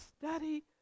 study